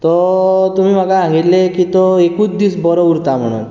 तो तुमी म्हाका सांगिल्ले की तो एकूच दीस बरो उरता म्हणून